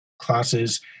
Classes